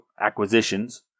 acquisitions